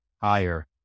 higher